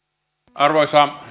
arvoisa